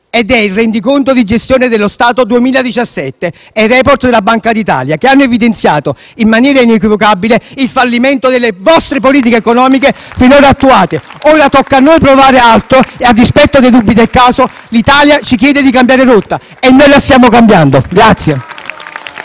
dal rendiconto di gestione dello Stato 2017 e del *report* della Banca d'Italia, che hanno evidenziato in maniera inequivocabile il fallimento delle vostre politiche economica finora attuate. *(Applausi dal Gruppo M5S)*. Ora tocca a noi provare altro e, a dispetto dei dubbi del caso, l'Italia ci chiede di cambiare rotta e noi la stiamo cambiando.